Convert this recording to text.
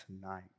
tonight